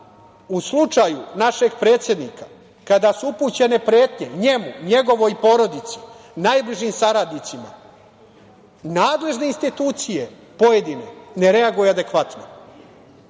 slučaju našeg predsednika, kada su upućene pretnje njemu, njegovoj porodici, najbližim saradnicima, nadležne institucije pojedine ne reaguju adekvatno,